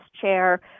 chair